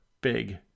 big